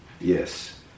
Yes